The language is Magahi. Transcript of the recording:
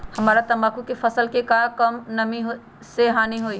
हमरा तंबाकू के फसल के का कम नमी से हानि होई?